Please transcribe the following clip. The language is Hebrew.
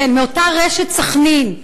מאותה רשת "סח'נין",